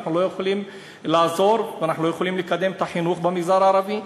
אנחנו לא יכולים לעזור ואנחנו לא יכולים לקדם את החינוך במגזר הערבי.